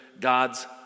God's